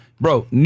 Bro